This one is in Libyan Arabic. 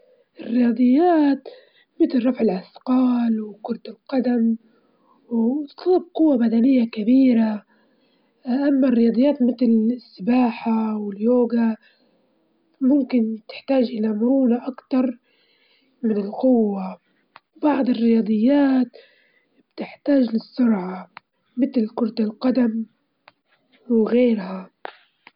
تحب حوش يكون واسع ومريح وعصري، ويكون من الحيشان العصرية مع تصميم مع تصميمات وأثاث مريح، ونحب يكون في نوافذ كبيرة عشان يكون ضوء طبيعي ومعروف بالطابع البسيط ومريح، ويكون في جنينة ويكون في يكون في إضاءة واجدة.